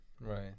Right